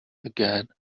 again